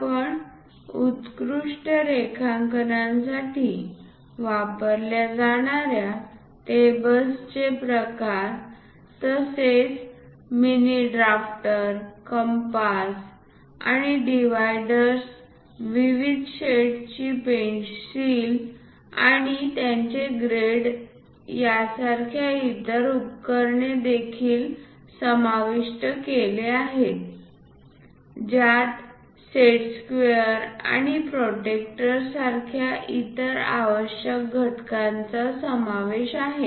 आपण उत्कृष्ट रेखांकनासाठी वापरल्या जाणार्या टेबल्सचे प्रकार तसेच मिनी ड्राफ्टर कम्पास आणि डिव्हिडर्स विविध शेड्सची पेन्सिल आणि त्यांचे ग्रेड सारख्या इतर उपकरणे देखील समाविष्ट केले आहेत ज्यात सेट स्क्वेअर आणि प्रोटेक्टर सारख्या इतर आवश्यक घटकांचा समावेश आहे